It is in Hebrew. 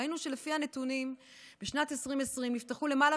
ראינו שלפי הנתונים בשנת 2020 נפתחו למעלה